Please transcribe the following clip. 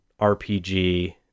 RPG